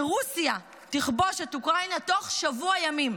שרוסיה תכבוש את אוקראינה בתוך שבוע ימים.